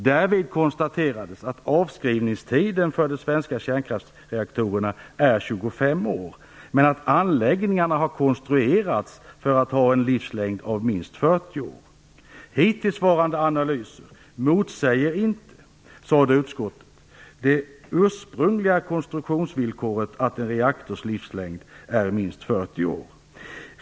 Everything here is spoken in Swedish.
Därvid konstaterades att avskrivningstiden för de svenska kärnkraftsreaktorerna är 25 år, men att anläggningarna har konstruerats för att ha en livslängd av minst 40 år. Utskottet sade att hittillsvarande analyser inte motsäger det ursprungliga konstruktionsvillkoret att en reaktors livslängd är minst 40 år.